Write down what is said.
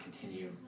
continue